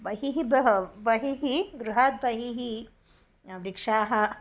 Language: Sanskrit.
बहिः ब्रहत् बहिः गृहात् बहिः वृक्षाः